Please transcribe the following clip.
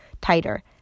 tighter